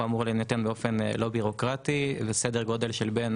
הוא אמור להינתן באופן לא בירוקרטי בסדר גודל של בין